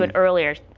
and earlier.